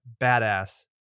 badass